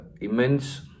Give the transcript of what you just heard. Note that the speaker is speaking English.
immense